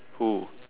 who